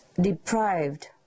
deprived